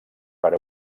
per